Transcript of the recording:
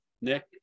Nick